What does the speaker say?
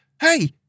Hey